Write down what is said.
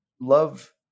love